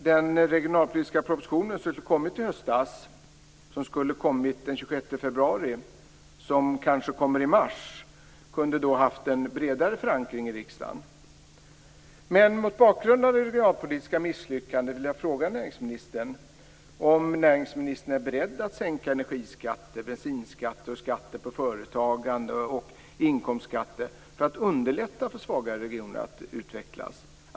Den regionalpolitiska propositionen som skulle ha kommit i höstas, som skulle ha kommit den 26 februari, som kanske kommer i mars, kunde då haft en bredare förankring i riksdagen. Mot bakgrund av det regionalpolitiska misslyckandet vill jag fråga näringsministern om han är beredd att sänka energiskatter, bensinskatter, skatter på företagande och inkomstskatter för att underlätta för svaga regioner att utvecklas.